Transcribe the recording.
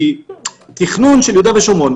כי התוכנית של יהודה ושומרון,